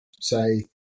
say